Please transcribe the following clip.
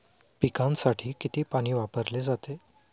पिकांसाठी किती पाणी वापरले जाते?